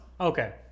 Okay